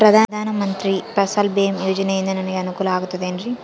ಪ್ರಧಾನ ಮಂತ್ರಿ ಫಸಲ್ ಭೇಮಾ ಯೋಜನೆಯಿಂದ ನನಗೆ ಅನುಕೂಲ ಆಗುತ್ತದೆ ಎನ್ರಿ?